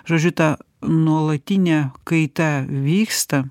žodžiu ta nuolatinė kaita vyksta